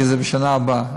כי זה בשנה הבאה,